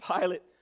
Pilate